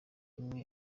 n’imwe